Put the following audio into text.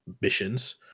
missions